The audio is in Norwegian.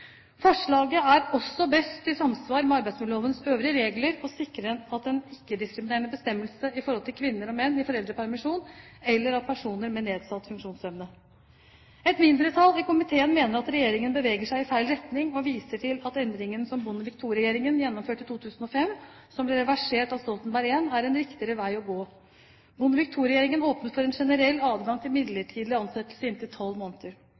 Forslaget er også best i samsvar med arbeidsmiljølovens øvrige regler og sikrer en ikke-diskriminerende bestemmelse for kvinner og menn i foreldrepermisjon eller for personer med nedsatt funksjonsevne. Et mindretall i komiteen mener at regjeringen beveger seg i feil retning og viser til at endringene som Bondevik II-regjeringen gjennomførte i 2005, og som ble reversert av Stoltenberg I, er en riktigere vei å gå. Bondevik II-regjeringen åpnet for en generell adgang til midlertidig ansettelse inntil tolv måneder.